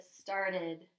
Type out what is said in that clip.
started